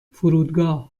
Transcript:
فرودگاه